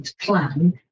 plan